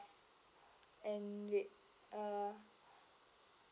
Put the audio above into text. and wait uh